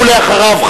ואחריו,